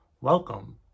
Welcome